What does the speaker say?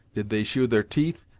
did they shew their teeth,